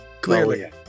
Clearly